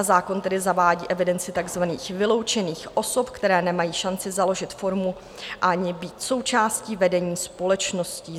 Zákon tedy zavádí evidenci takzvaných vyloučených osob, které nemají šanci založit firmu ani být součástí vedení společností.